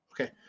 Okay